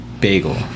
bagel